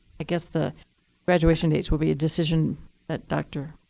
i guess the graduation dates will be a decision that dr